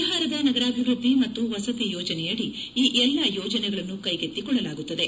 ಬಿಹಾರದ ನಗರಾಭಿವ್ಯದ್ದಿ ಮತ್ತು ವಸತಿ ಯೋಜನೆಯಡಿ ಈ ಎಲ್ಲಾ ಯೋಜನೆಗಳನ್ನು ಕೈಗೆತ್ತಿಕೊಳ್ಳಲಾಗುತ್ತದೆ